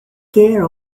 care